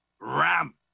Ram